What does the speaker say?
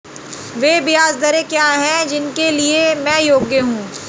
वे ब्याज दरें क्या हैं जिनके लिए मैं योग्य हूँ?